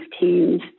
teams